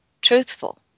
truthful